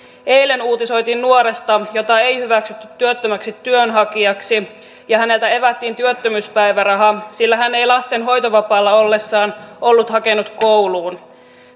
eilen uutisoitiin nuoresta jota ei hyväksytty työttömäksi työnhakijaksi ja häneltä evättiin työttömyyspäiväraha sillä hän ei lastenhoitovapaalla ollessaan ollut hakenut kouluun